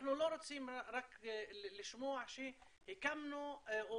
אנחנו לא רוצים רק לשמוע שהקמנו או